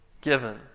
given